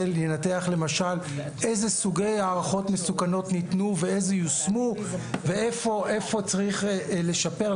ינתח למשל איזה סוגי הערכות מסוכנות ניתנו ואיזה יושמו ואיפה צריך לשפר,